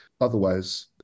Otherwise